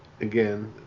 Again